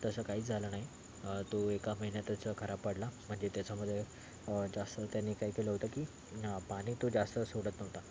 तसं काहीच झालं नाही तो एका महिन्यातच खराब पडला म्हणजे त्याच्यामध्ये जास्त त्यानी काय केलं होतं की न पाणी तो जास्त सोडत नव्हता